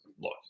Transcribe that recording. look